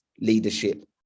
leadership